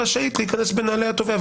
להוכיח את העבירה ברמה האזרחית,